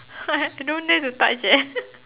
don't dare to touch eh